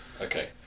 Okay